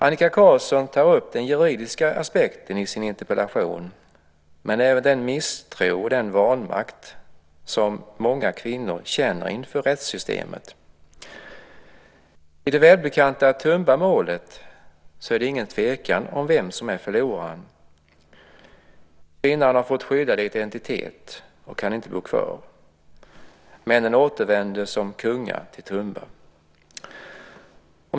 Annika Qarlsson tar upp den juridiska aspekten i sin interpellation men även den misstro och den vanmakt som många kvinnor känner inför rättssystemet. I det välbekanta Tumbamålet är det ingen tvekan om vem som är förloraren. Kvinnan har fått skyddad identitet och kan inte bo kvar. Männen återvänder som kungar till Tumba.